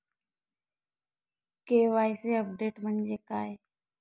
KYC update म्हणजे काय?